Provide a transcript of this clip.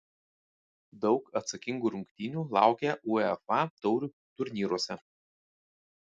daug atsakingų rungtynių laukia uefa taurių turnyruose